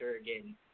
again